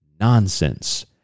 nonsense